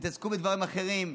תתעסקו בדברים אחרים.